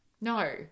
No